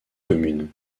communes